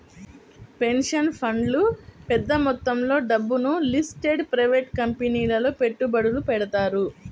pension ఫండ్లు పెద్ద మొత్తంలో డబ్బును లిస్టెడ్ ప్రైవేట్ కంపెనీలలో పెట్టుబడులు పెడతారు